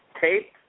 tape